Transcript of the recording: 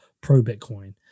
pro-bitcoin